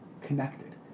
connected